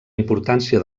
importància